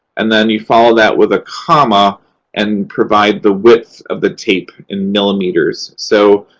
and then you follow that with a comma and provide the width of the tape in millimeters. so,